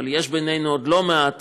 אבל יש בינינו עוד לא מעט